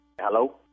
Hello